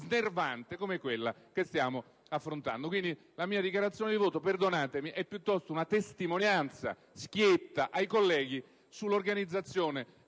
snervante come quella che stiamo affondando. Quindi, la mia dichiarazione di voto, perdonatemi, è piuttosto una testimonianza schietta ai colleghi sull'organizzazione